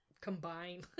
Combine